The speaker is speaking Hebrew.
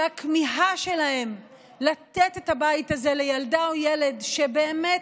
שהכמיהה שלהם לתת את הבית הזה לילדה או ילד שבאמת,